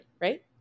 right